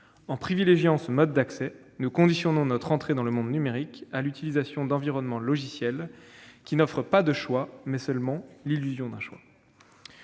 En privilégiant ce mode d'accès, nous conditionnons notre entrée dans le monde numérique à l'utilisation d'environnements logiciels qui offrent non pas un choix, mais seulement l'illusion d'un choix.